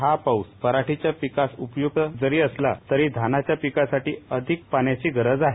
हा पाऊस पराटीच्या पिकासाठी उपयोगी जरी असता तरी धानाच्या पिकासाठी अधिक पाण्याची गरज आहे